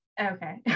Okay